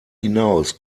hinaus